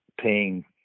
paying